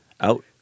out